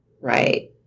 Right